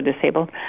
disabled